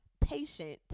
patient